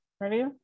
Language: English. Ready